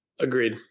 agreed